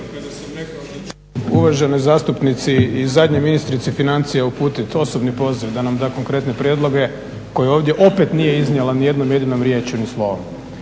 kada sam rekao da ću uvaženoj zastupnici i zadnjoj ministrici financija uputiti osobni poziv da nam da konkretne prijedloge koje ovdje opet nije iznijela nijednom jedinom riječju ni slovom.